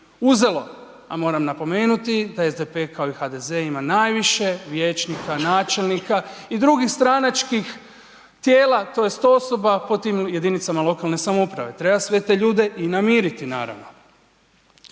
uzelo. A moram napomenuti da SDP kao i HDZ ima najviše vijećnika, načelnika i drugih stranačkih tijela tj. osoba po tim jedinicama lokalne samouprave, treba sve te ljude i namiriti naravno.